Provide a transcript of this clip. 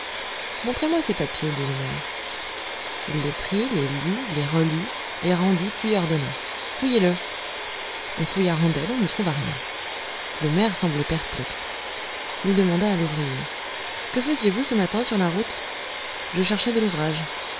montrez-moi ces papiers dit le maire il les prit les lut les relut les rendit puis ordonna fouillez le on fouilla randel on ne trouva rien le maire semblait perplexe il demanda à l'ouvrier que faisiez-vous ce matin sur la route je cherchais de l'ouvrage